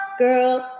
Girls